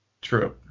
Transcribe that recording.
True